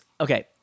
okay